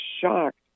shocked